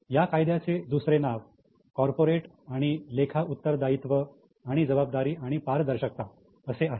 या कायद्याचे दुसरे नाव 'कॉर्पोरेट आणि लेखा उत्तरदायित्व आणि जबाबदारी आणि पारदर्शकता' असे आहे